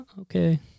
okay